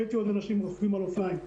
ראיתי אנשים רוכבים על אופניים,